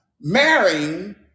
Marrying